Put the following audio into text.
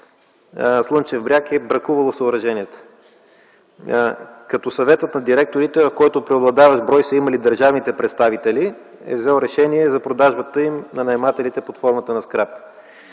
„Слънчев бряг” АД е бракувало съоръженията, като Съветът на директорите, в който преобладаващ брой са имали държавните представители, е взел решение за продажбата им на наемателите под формата на скрап.